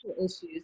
issues